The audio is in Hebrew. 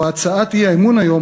או הצעות האי-אמון היום,